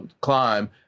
climb